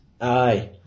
Aye